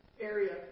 area